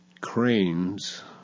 cranes